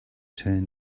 turn